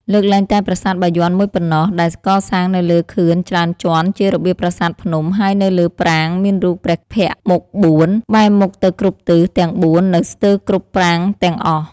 លើកលែងតែប្រាសាទបាយ័នមួយប៉ុណ្ណោះ ដែលកសាងនៅលើខឿនច្រើនជាន់ជារបៀបប្រាសាទភ្នំ ហើយនៅលើប្រាង្គ មានរូបព្រះភ័ក្ត្រមុខបួន បែរមុខទៅគ្រប់ទិសទាំងបួននៅស្ទើរគ្រប់ប្រាង្គទាំងអស់។